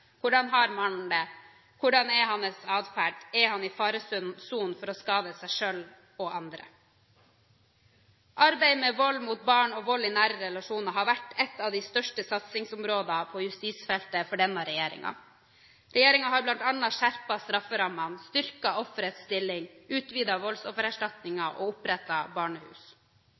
hvordan har mannen det, hvordan er hans atferd, er han i faresonen for å skade seg selv og andre? Arbeid med vold mot barn og vold i nære relasjoner har vært et av de største satsingsområdene på justisfeltet for denne regjeringen. Regjeringen har bl.a. skjerpet strafferammene, styrket offerets stilling, utvidet voldsoffererstatningen og opprettet barnehus.